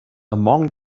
among